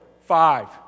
five